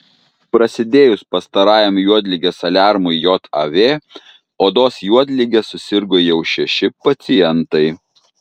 prasidėjus pastarajam juodligės aliarmui jav odos juodlige susirgo jau šeši pacientai